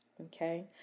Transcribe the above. Okay